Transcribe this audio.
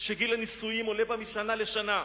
שגיל הנישואים עולה בה משנה לשנה,